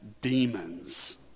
demons